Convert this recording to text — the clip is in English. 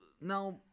now